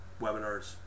webinars